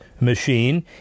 machine